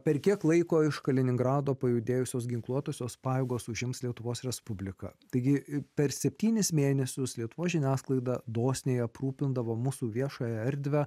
per kiek laiko iš kaliningrado pajudėjusios ginkluotosios pajėgos užims lietuvos respubliką taigi per septynis mėnesius lietuvos žiniasklaida dosniai aprūpindavo mūsų viešąją erdvę